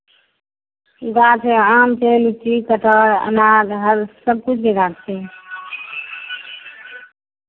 गाछ छै आम छै लीची कटहर अनार हर सभकिछुके गाछ छै